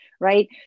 Right